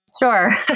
Sure